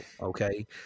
Okay